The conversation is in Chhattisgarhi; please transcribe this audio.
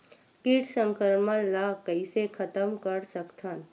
कीट संक्रमण ला कइसे खतम कर सकथन?